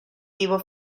vivo